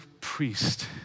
priest